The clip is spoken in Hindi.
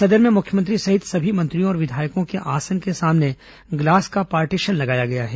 सदन में मुख्यमंत्री सहित सभी मंत्रियों और विधायकों के आसन के सामने ग्लास का पार्टीशन लगाया गया है